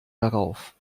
darauf